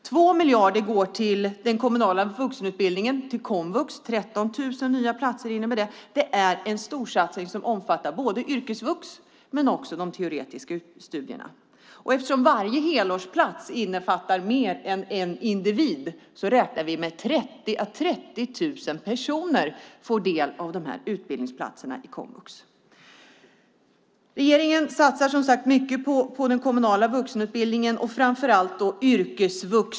2 miljarder kronor går till den kommunala vuxenutbildningen, komvux. Det innebär 13 000 nya platser. Det är en storsatsning som omfattar både yrkesvux och teoretiska studier. Eftersom varje helårsplats innefattar mer än en individ räknar vi med att 30 000 personer får del av dessa utbildningsplatser i komvux. Regeringen satsar som sagt mycket på den kommunala vuxenutbildningen och framför allt på yrkesvux.